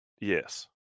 yes